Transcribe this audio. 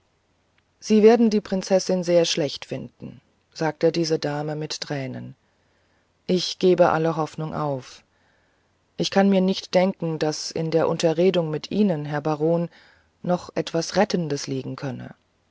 sie werden die prinzessin sehr schlecht finden sagte diese dame mit tränen ich gebe alle hoffnung auf ich kann mir nicht denken daß in der unterredung mit ihnen herr baron noch etwas rettendes liegen könne